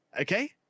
Okay